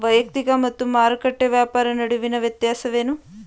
ವೈಯಕ್ತಿಕ ಮತ್ತು ಮಾರುಕಟ್ಟೆ ವ್ಯಾಪಾರ ನಡುವಿನ ವ್ಯತ್ಯಾಸವೇನು?